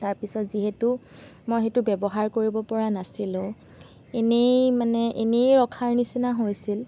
তাৰপিছত যিহেতু মই সেইটো ব্যৱহাৰ কৰিব পৰা নাছিলোঁ এনেই মানে এনেই ৰখাৰ নিচিনা হৈছিল